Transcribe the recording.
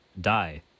die